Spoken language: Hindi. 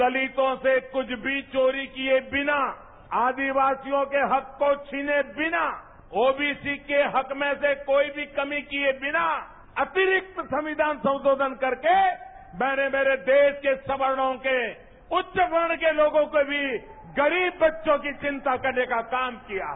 दलितों से कुछ भी चोरी किए बिना आदिवासियों के हक को छीने बिना ओबीसी के हक में से कोई भी कमी किए बिना अतिरिक्त संविधान संशोधन कर्रक मैंने मेरे देश के सवर्णों के उच्च वर्ण के लोगों के भी गरीब बच्चों की चिंता करने का काम किया है